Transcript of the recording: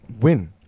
win